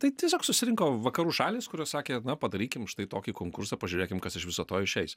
tai tiesiog susirinko vakarų šalys kurios sakė na padarykim štai tokį konkursą pažiūrėkim kas iš viso to išeis